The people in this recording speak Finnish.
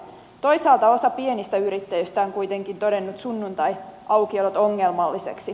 toisaalta osa pienistä yrittäjistä on kuitenkin todennut sunnuntaiaukiolot ongelmallisiksi